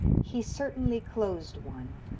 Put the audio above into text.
he certainly closed one.